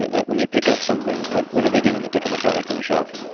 that when they pick up something, what what do they do when they pick up a product on a shelf?